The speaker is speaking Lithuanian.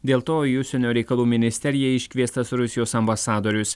dėl to į užsienio reikalų ministeriją iškviestas rusijos ambasadorius